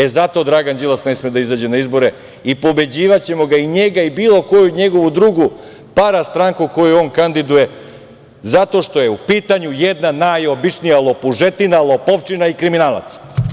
E, zato Dragan Đilas ne sme da izađe na izbore i pobeđivaćemo ga i njega i bilo koju njegovu drugu parastranku koju on kandiduje zato što je u pitanju jedna najobičnija lopužetina, lopovčina i kriminalac.